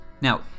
Now